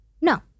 No